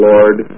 Lord